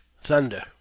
thunder